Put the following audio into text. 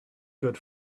good